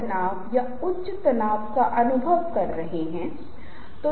slides में हमारे पास अन्य छवियों की श्रृंखला भी होगी